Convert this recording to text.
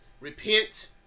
repent